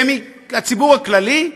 ומהציבור הכללי,